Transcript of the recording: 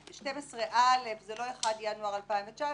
12(א) - זה לא 1 בינואר 2019,